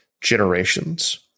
generations